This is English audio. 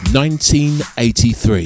1983